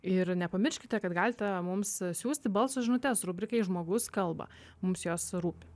ir nepamirškite kad galite mums siųsti balso žinutes rubrikai žmogus kalba mums jos rūpi